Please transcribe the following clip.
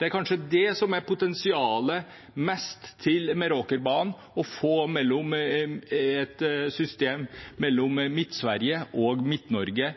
Det er kanskje det som er det største potensialet til Meråkerbanen, å få et system for gods mellom Midt-Sverige og Midt-Norge.